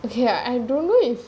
okay I don't know if